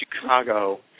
Chicago